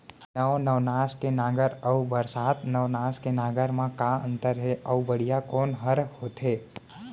नौ नवनास के नांगर अऊ बरसात नवनास के नांगर मा का अन्तर हे अऊ बढ़िया कोन हर होथे?